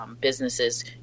businesses